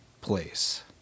place